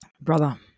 brother